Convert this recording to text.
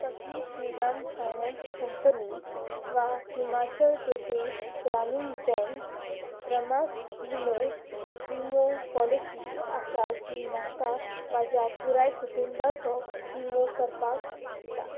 कसली Shriram finance company वा हिमाचल प्रदेश ग्रामीण बँक प्रमास विमो विमो पॉलिसी आसा जी म्हाका म्हाज्या पुराय कुटुंबाचो विमो करपाक दिता